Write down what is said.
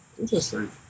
Interesting